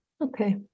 Okay